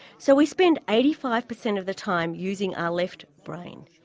so we spend eighty five percent of the time using our left brain.